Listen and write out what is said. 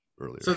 earlier